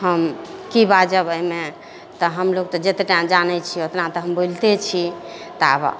हम की बाजब अयमे तऽ हमलोग तऽ जितना जानै छियै उतना हम बोलते छी तऽ